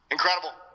Incredible